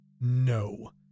No